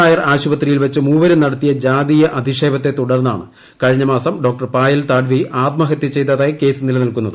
നായർ ആശുപത്രിയിൽവച്ച് മൂഷരും നടത്തിയ ജാതീയ അധിക്ഷേപത്തെ തുടർന്നാണ് കഴിഞ്ഞമാസം ഡോക്ടർ പായൽ താഡ്വി ആത്മഹത്യ ചെയ്തതായി കേസ് നിലനിൽക്കുന്നത്